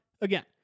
Again